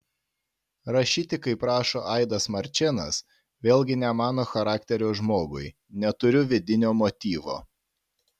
rašyti kaip rašo aidas marčėnas vėlgi ne mano charakterio žmogui neturiu vidinio motyvo